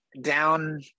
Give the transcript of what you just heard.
down